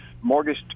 mortgage